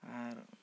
ᱟᱨ